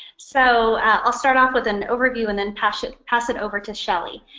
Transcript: so i i will start off with an overview and then pass it pass it over to shelley.